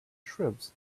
shrubs